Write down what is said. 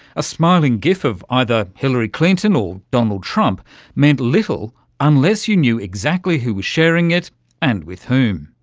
a smiling gif of either hilary clinton or donald trump meant little unless you knew exactly who was sharing it and with whom.